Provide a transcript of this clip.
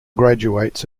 graduates